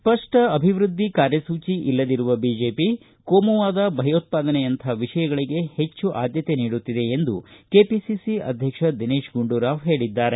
ಸ್ವಪ್ಪ ಅಭಿವೃದ್ಧಿ ಕಾರ್ಯಸೂಚಿ ಇಲ್ಲದಿರುವ ಬಿಜೆಪಿ ಕೋಮುವಾದ ಭಯೋತ್ತಾದನೆಯಂಥ ವಿಷಯಗಳಿಗೆ ಹೆಚ್ಚು ಆದ್ಭತೆ ನೀಡುತ್ತಿದೆ ಎಂದು ಕೆಪಿಸಿಸಿ ಅಧ್ಯಕ್ಷ ದಿನೇಶ ಗುಂಡೂರಾವ್ ಹೇಳಿದ್ದಾರೆ